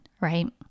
right